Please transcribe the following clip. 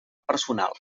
personal